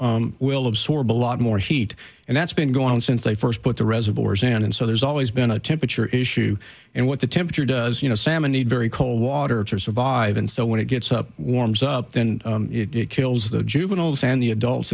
river will absorb a lot more heat and that's been going on since they first put the reservoirs and in so there's always been a temperature issue and what the temperature does you know salmon need very cold water to survive and so when it gets up warms up then it kills the juveniles and the adults